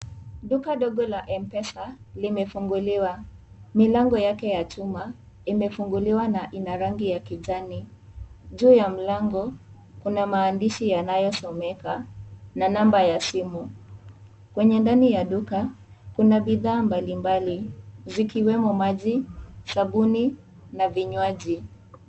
Duka dogo la M-pesa limefunguliwa, mlango yake ya chuma imefunguliwa na ina rangi ya kijani juu ya mlango kuna maandishi yanayosomeka na namba ya simu kwenye ndani ya duka kuna bidhaa mbali mbali zikiwemo maji sabuni na vinywaji.